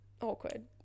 awkward